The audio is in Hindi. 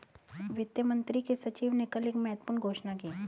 वित्त मंत्री के सचिव ने कल एक महत्वपूर्ण घोषणा की